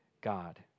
God